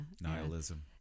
Nihilism